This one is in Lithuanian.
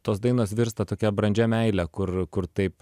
tos dainos virsta tokia brandžia meile kur kur taip